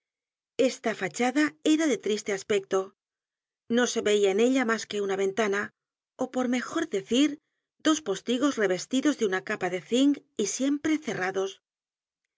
esta fachada era de triste aspecto no se veia en ella mas que una ventana ó por mejor decir dos postigos revestidos de una capa de zinc y siempre cerrados